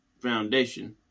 foundation